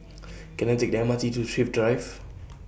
Can I Take The M R T to Thrift Drive